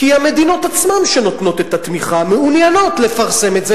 כי המדינות עצמן שנותנות את התמיכה מעוניינות לפרסם את זה,